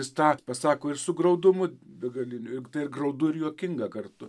jis tą pasako ir su graudumu begaliniu ir graudu ir juokinga kartu